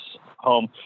home